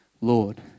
Lord